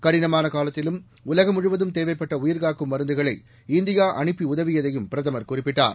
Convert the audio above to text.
கடினமான காலத்திலும் உலகம் முழுவதும் தேவைப்பட்ட உயிர்காக்கும் மருந்துகளை இந்தியா அனுப்பி உதவியதையும் பிரதமர் குறிப்பிட்டார்